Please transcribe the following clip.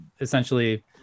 essentially